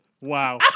Wow